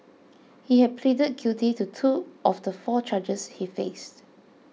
he had pleaded guilty to two of the four charges he faced